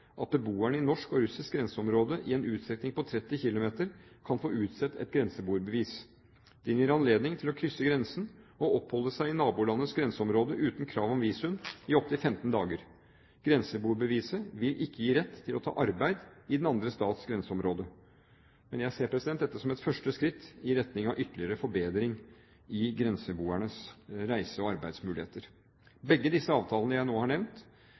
at beboerne i norsk og russisk grenseområde i en utstrekning på 30 km kan få utstedt et grenseboerbevis. Det gir anledning til å krysse grensen og oppholde seg i nabolandets grenseområde uten krav om visum i opptil 15 dager. Grenseboerbeviset vil ikke gi rett til å ta arbeid i den andre stats grenseområde, men jeg ser dette som et første skritt i retning av ytterligere forbedring i grenseboernes reise- og arbeidsmuligheter. Begge disse avtalene jeg nå har nevnt,